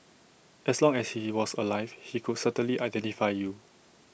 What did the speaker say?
as long as he was alive he could certainly identify you